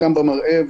גם במראה,